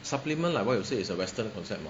supplement like what you say as a western concept mah